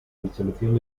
disolución